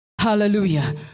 Hallelujah